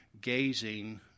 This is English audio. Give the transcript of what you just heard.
gazing